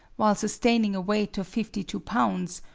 while sustaining a weight of fifty two lbs,